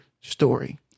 story